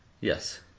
Yes